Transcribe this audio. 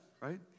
right